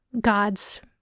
God's